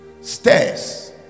stairs